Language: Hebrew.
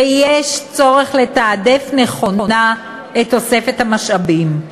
ויש צורך לתעדף נכונה את תוספת המשאבים.